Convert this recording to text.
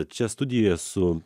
čia studijoje su